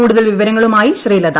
കൂടുതൽ വിവരങ്ങളുമായി ശ്രീലത